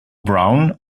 brown